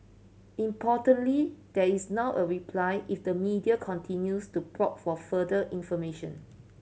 importantly there is now a reply if the media continues to probe for further information